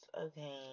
Okay